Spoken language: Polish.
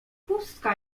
pustka